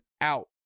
out